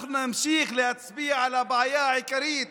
אנחנו נמשיך להצביע על הבעיה העיקרית